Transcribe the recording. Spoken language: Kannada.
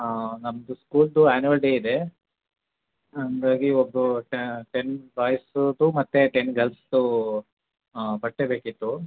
ಹಾಂ ನಮ್ಮದು ಸ್ಕೂಲ್ದು ಆ್ಯನಿವಲ್ ಡೇ ಇದೆ ಹಾಗಾಗಿ ಒಬ್ಬರು ಟೆನ್ ಬಾಯ್ಸುದು ಮತ್ತು ಟೆನ್ ಗರ್ಲ್ಸ್ದು ಬಟ್ಟೆ ಬೇಕಿತ್ತು